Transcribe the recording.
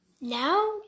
now